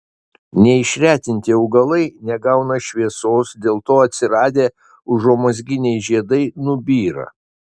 neišretinti augalai negauna šviesos dėl to atsiradę užuomazginiai žiedai nubyra